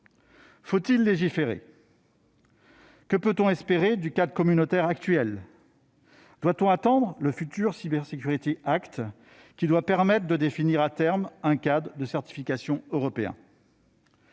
Faut-il légiférer ? Que peut-on espérer du cadre communautaire actuel ? Doit-on attendre le futur, qui doit permettre, à terme, de définir un cadre de certification européen ?